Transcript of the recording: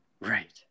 right